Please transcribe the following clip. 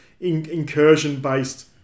incursion-based